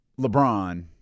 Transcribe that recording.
LeBron